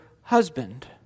husband